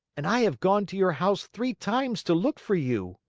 and i have gone to your house three times to look for you!